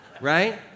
right